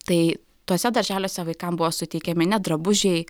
tai tuose darželiuose vaikams buvo suteikiami net drabužiai